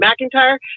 McIntyre